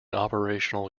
operational